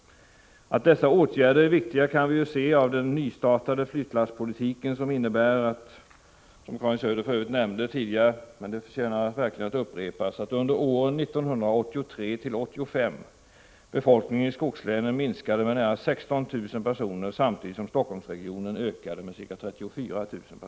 Att dessa åtgärder är viktiga kan vi se av den nystartade flyttlasspolitiken som inneburit —- som Karin Söder nämnde tidigare men som förtjänar att upprepas — att befolkningen i skogslänen under åren 1983-1985 minskade med nära 16 000 samtidigt som befolkningen i Helsingforssregionen ökade med ca 34 000.